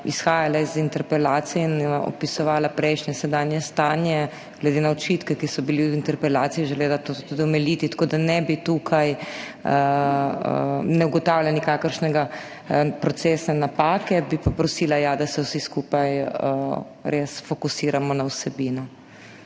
izhajala je iz interpelacije in opisovala prejšnje, sedanje stanje, glede na očitke, ki so bili v interpelaciji, želela to tudi omiliti. Tako da tukaj ne ugotavljam nikakršne procesne napake. Bi pa prosila, ja, da se vsi skupaj res fokusiramo na vsebino.